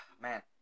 man